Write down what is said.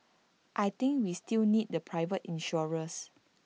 I think we still need the private insurers